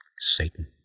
Satan